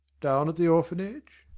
down at the orphanage?